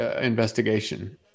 investigation